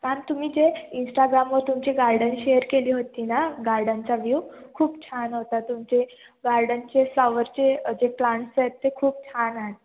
ma'am तुम्ही जे इंस्टाग्रामवर तुमचे गार्डन शेअर केली होती ना गार्डनचा व्ह्यू खूप छान होता तुमचे गार्डनचे फ्लावरचे जे प्लांट्स आहेत ते खूप छान आहेत